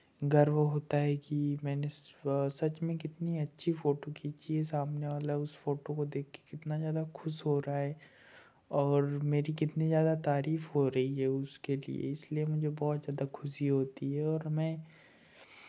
गर्व होता है कि मैंने सच में कितनी अच्छी फ़ोटो खींची है सामने वाला उस फ़ोटो को देख के कितना ज़्यादा खुश हो रहा है और मेरी कितनी ज़्यादा तारीफ हो रही है उसके लिए इसलिए मुझे बहुत ज़्यादा खुशी होती है और मैं